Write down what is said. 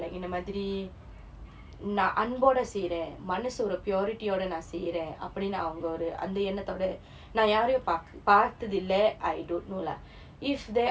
like இந்த மாதிரி நான் அன்போட செய்றேன் மனசோட:intha maathiri naan anboda seyren manasoda purity யோட நான் செய்றேன் அப்படினு அவங்க ஒரு அந்த எண்ணத்தோட நான் யாரையும் பார்த்தது இல்லே:yoda naan seyren appadinu avanga oru antha ennatthoda naan yaaraiyum paartthathu illae I don't know lah if there